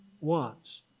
wants